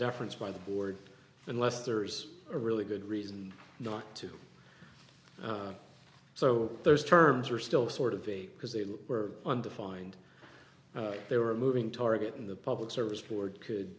deference by the board unless there's a really good reason not to so those terms are still sort of vague because they were undefined they were a moving target and the public service board could